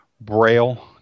Braille